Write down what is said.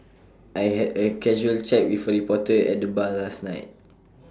I had A casual chat with A reporter at the bar last night